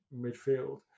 midfield